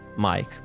Mike